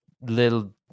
little